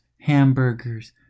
hamburgers